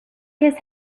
his